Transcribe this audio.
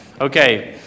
Okay